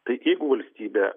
tai jeigu valstybė